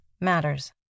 matters